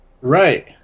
right